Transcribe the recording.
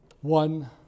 one